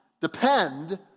depend